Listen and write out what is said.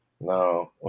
No